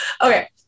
okay